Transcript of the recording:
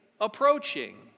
approaching